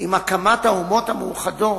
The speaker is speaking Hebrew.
עם הקמת האומות המאוחדות.